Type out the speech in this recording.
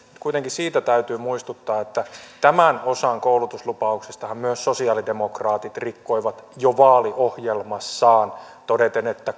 kuitenkin siitä täytyy muistuttaa että tämän osan koulutuslupauksestahan myös sosialidemokraatit rikkoivat jo vaaliohjelmassaan todeten että